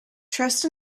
trust